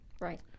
Right